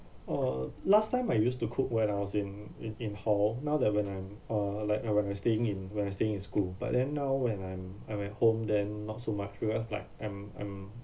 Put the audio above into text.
oh last time I used to cook when I was in in in hall now that when I'm uh like when I'm staying in when I stay in school but then now when I'm I'm at home then not so much because like I'm I'm